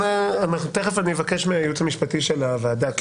תיכף אני אבקש מהייעוץ המשפטי של הוועדה,